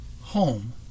home